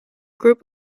group